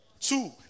Two